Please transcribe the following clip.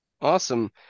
Awesome